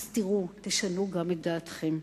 אז תראו, תשנו גם את דעתכם.